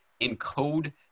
encode